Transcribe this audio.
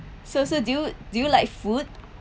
so so do you do you like food